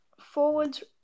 Forwards